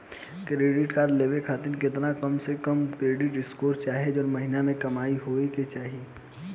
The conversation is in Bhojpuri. क्रेडिट कार्ड लेवे खातिर केतना कम से कम क्रेडिट स्कोर चाहे महीना के कमाई होए के चाही?